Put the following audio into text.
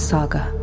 Saga